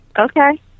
Okay